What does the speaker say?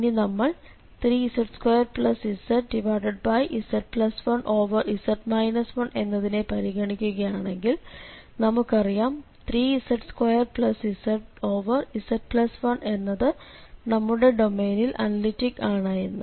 ഇനി നമ്മൾ 3z2zz1z 1 എന്നതിനെ പരിഗണിക്കുകയാണെങ്കിൽ നമുക്കറിയാം 3z2zz1 എന്നത് നമ്മുടെ ഡൊമൈനിൽ അനലിറ്റിക് ആണ് എന്ന്